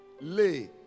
Lay